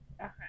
Okay